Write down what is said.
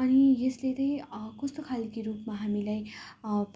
अनि यसले त्यही कस्तो खालके रूपमा हामीलाई